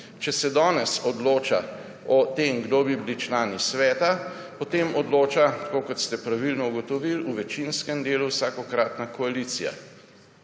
Če se danes odloča o tem, kdo bi bili člani sveta, potem odloča, tako kot ste pravilno ugotovili, v večinskem delu vsakokratna koalicija.